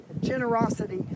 generosity